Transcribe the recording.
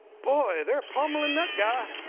boy, they're pummeling that guy.